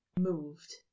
moved